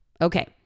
Okay